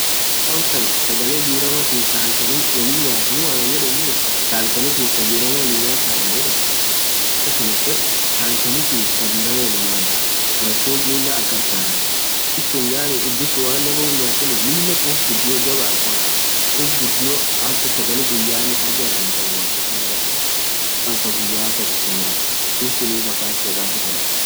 woo amtan sagale dhiramatif taa halkani wolin nyathamuu thaa halkanitif thaa diram wolin nyatha Annan yedhe silah anin akanin fedh thaa halkanitif thaa diram wolin nyadhaa malsut Lilah Anna kharkharaa malsun idhuu suun anen woyyu hinyathin Lilah khuff ghudio jabban ollaaa khuff ghudio hattaa sagale guyya hajaaa irahinkhabuu hakika irakhabaa woanin thaa guyya akasisun nyadh dhub sunif achee dhekathi akhan fedha